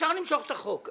אפשר למשוך את החוק.